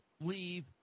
leave